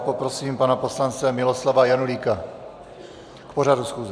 Poprosím pana poslance Miloslava Janulíka k pořadu schůze.